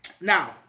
Now